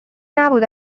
نبود